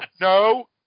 no